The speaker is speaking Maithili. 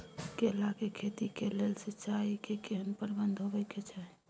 केला के खेती के लेल सिंचाई के केहेन प्रबंध होबय के चाही?